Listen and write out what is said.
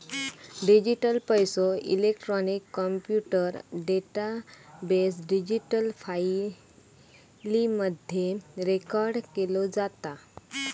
digital पैसो, electronic computer database, digital फाईली मध्ये रेकॉर्ड केलो जाता